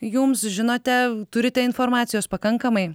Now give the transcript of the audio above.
jums žinote turite informacijos pakankamai